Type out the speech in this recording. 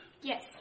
Yes